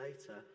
later